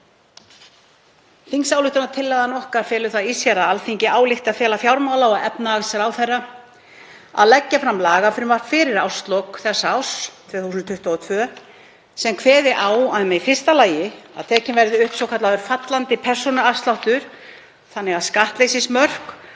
Þingsályktunartillaga okkar felur það í sér að Alþingi álykti að fela fjármála- og efnahagsráðherra að leggja fram lagafrumvarp fyrir lok þessa árs, 2022, sem kveði á um í fyrsta lagi að tekinn verði upp svokallaður fallandi persónuafsláttur þannig að skattleysismörk